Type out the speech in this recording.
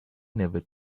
never